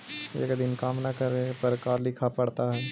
एक दिन काम न करने पर का लिखना पड़ता है?